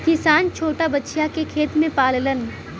किसान छोटा बछिया के खेत में पाललन